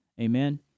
Amen